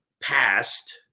passed –